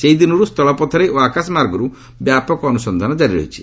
ସେହିଦିନରୁ ସ୍ଥଳପଥରେ ଓ ଆକାଶମାର୍ଗରୁ ବ୍ୟାପକ ଅନୁସନ୍ଧାନ କାରି ରହିଛି